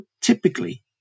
typically